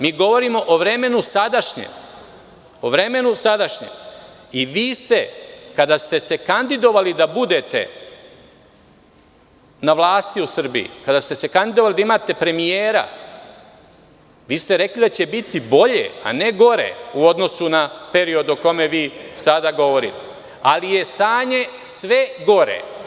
Mi govorimo o vremenu sadašnjem i vi ste kada ste se kandidovali da budete na vlasti u Srbiji, kada ste se kandidovali da imate premijera rekli da će biti bolje, a ne gore u odnosu na period o kome vi sada govorite, ali je stanje sve gore.